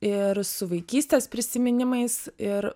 ir su vaikystės prisiminimais ir